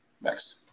Next